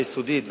היסודית,